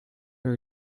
are